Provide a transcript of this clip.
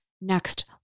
next